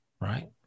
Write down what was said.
right